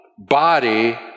Body